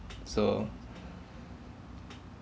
so